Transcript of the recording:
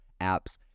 apps